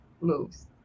moves